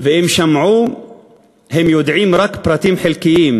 ואם שמעו הם יודעים רק פרטים חלקיים,